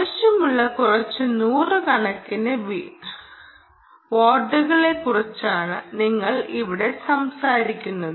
ആവശ്യമുള്ള കുറച്ച് നൂറുകണക്കിന് വാട്ടുകളെക്കുറിച്ചാണ് നിങ്ങൾ ഇവിടെ സംസാരിക്കുന്നത്